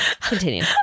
Continue